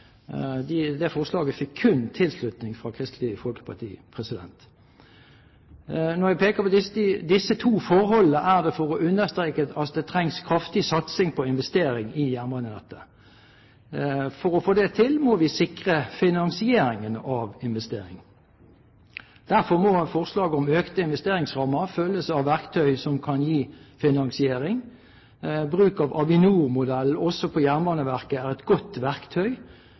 Det forslaget fikk kun tilslutning fra Kristelig Folkeparti. Når jeg peker på disse to forholdene, er det for å understreke at det trengs kraftig satsing på investering i jernbanenettet. For å få det til må vi sikre finansiering av investeringene. Derfor må forslag om økte investeringsrammer følges av verktøy som kan gi finansiering. Bruk av Avinor-modellen på Jernbaneverket er et godt verktøy,